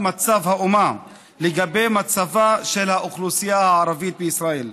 מצב האומה לגבי מצבה של האוכלוסייה הערבית בישראל.